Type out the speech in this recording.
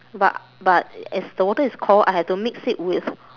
but but as the water is cold I have to mix it with